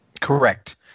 Correct